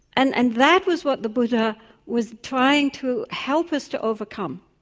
and and that was what the buddha was trying to help us to overcome,